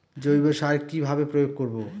জৈব সার কি ভাবে প্রয়োগ করব?